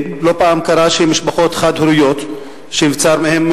לא פעם קרה שמשפחות חד-הוריות שנבצר מהן